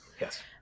yes